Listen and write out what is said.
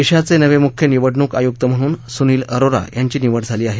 देशाचे नवे मुख्य निवडणूक आयुक्त म्हणून सुनील अरोरा यांची निवड झाली आहे